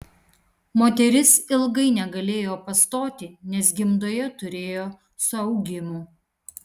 moteris ilgai negalėjo pastoti nes gimdoje turėjo suaugimų